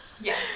Yes